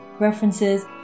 references